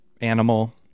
Animal